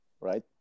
right